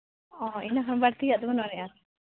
ᱚᱻ ᱤᱱᱟᱹ ᱠᱷᱚᱱ ᱵᱟᱹᱲᱛᱤᱭᱟᱜ ᱫᱚ ᱵᱟᱹᱱᱩᱜᱼᱟᱹᱱᱤᱡᱼᱟ